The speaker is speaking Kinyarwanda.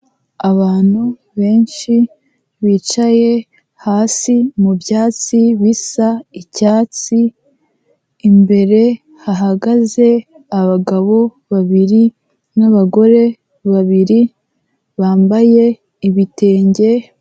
Abantu benshi bicaye hasi mu byatsi bisa icyatsi, imbere hahagaze abagabo babiri n'abagore babiri bambaye ibitenge.